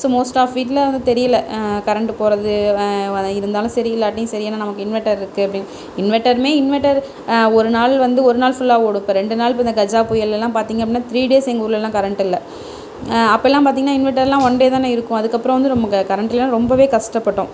so most of வீட்டில் வந்து தெரியல கரெண்ட்டு போகிறது வ இருந்தாலும் சரி இல்லாட்டியும் சரி ஏன்னா நமக்கு இன்வெர்ட்டர் இருக்குது அப்படின்னு இன்வெர்ட்டருமே இன்வெர்ட்டரு ஒரு நாள் வந்து ஒரு நாள் ஃபுல்லாக ஓடும் இப்போ ரெண்டு நாள் இப்போ இந்த கஜா புயல்லெலாம் பார்த்தீங்க அப்படின்னா த்ரீ டேஸ் எங்கள் ஊர்லெல்லாம் கரெண்ட் இல்லை அப்போல்லாம் பார்த்தீங்கன்னா இன்வெர்ட்டர்லாம் ஒன் டே தானே இருக்கும் அதுக்கப்புறம் வந்து ரொம்ப க கரெண்ட் இல்லைனா ரொம்ப கஷ்டப்பட்டோம்